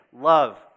love